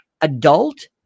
adult